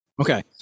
Okay